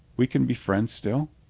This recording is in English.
we can be friends still?